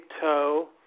toe